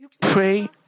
pray